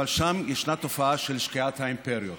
אבל שם ישנה תופעה של שקיעת האימפריות.